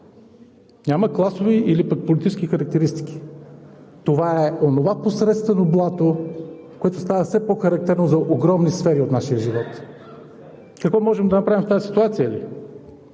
няма класови или пък политически характеристики. Това е онова посредствено блато, което става все по-характерно за огромни сфери от нашия живот. Какво можем да направим в тази ситуация ли?